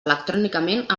electrònicament